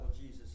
Jesus